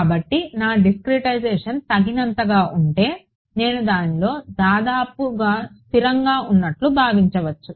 కాబట్టి నా డిస్కరిటైజేషన్ తగినంతగా ఉంటే నేను దానిలో దాదాపుగా స్థిరంగా ఉన్నట్లు భావించవచ్చు